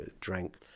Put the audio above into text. drank